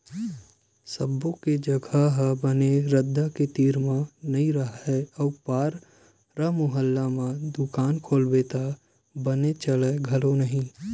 सब्बो के जघा ह बने रद्दा के तीर म नइ राहय अउ पारा मुहल्ला म दुकान खोलबे त बने चलय घलो नहि